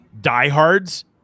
diehards